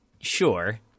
sure